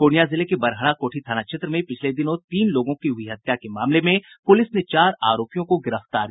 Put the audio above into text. प्रर्णिया जिले के बड़हरा कोठी थाना क्षेत्र में पिछले दिनों तीन लोगों की हुई हत्या के मामले में पुलिस ने चार आरोपियों को गिरफ्तार कर लिया है